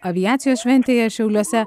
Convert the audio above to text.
aviacijos šventėje šiauliuose